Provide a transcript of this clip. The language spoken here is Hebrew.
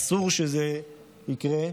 אסור שזה יקרה,